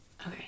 Okay